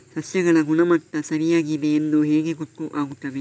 ಸಸ್ಯಗಳ ಗುಣಮಟ್ಟ ಸರಿಯಾಗಿ ಇದೆ ಎಂದು ಹೇಗೆ ಗೊತ್ತು ಆಗುತ್ತದೆ?